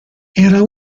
era